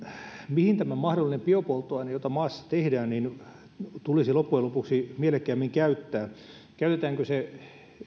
mihin tämä mahdollinen biopolttoaine jota maassa tehdään tulisi loppujen lopuksi mielekkäimmin käyttää käytetäänkö se